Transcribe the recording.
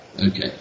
okay